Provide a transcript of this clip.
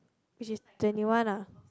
which is twenty one ah